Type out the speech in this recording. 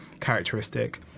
characteristic